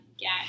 get